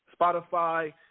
Spotify